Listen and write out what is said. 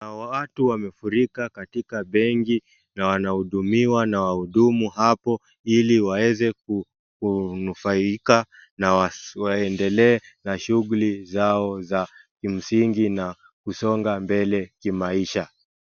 Hawa watu wamefurika katika benki na wanahudumiwa na wahudumu hapo ili waweze kunufaika na waendelee na shughuli zao za kimsingi na wandelee kusonga kimaisha.